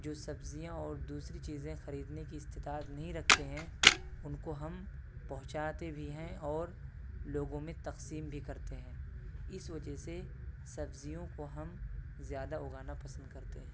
جو سبزیاں اور دوسری چیزیں خریدنے کی اسطتاعت نہیں رکھتے ہیں ان کو ہم پہنچاتے بھی ہیں اور لوگوں میں تقسیم بھی کرتے ہیں اس وجہ سے سبزیوں کو ہم زیادہ اگانا پسند کرتے ہیں